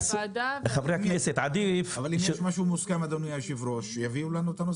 אביגיל תסבירי את זה